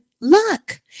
luck